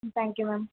thank you ma'am